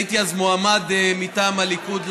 הייתי אז מועמד מטעם הליכוד לבחירות,